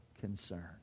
concern